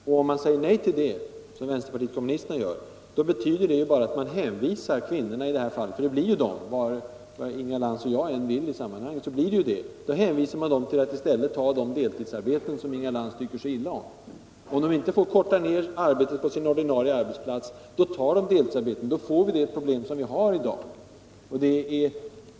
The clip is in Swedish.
Säger man nej till detta, som vänsterpartiet kommunisterna gör, betyder det bara att man hänvisar kvinnorna — för det blir ju fråga om dem i det här fallet, oavsett vad Inga Cantz och jag vill — till att i stället ta de deltidsarbeten som hon tycker så illa om. Får de inte förkorta arbetstiden på sin ordinarie arbetsplats, tar de deltidsarbete med dess nackdelar.